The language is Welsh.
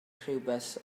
rhywbeth